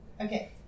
Okay